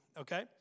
okay